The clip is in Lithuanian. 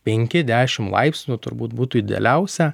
penki dešim laipsnių turbūt būtų idealiausia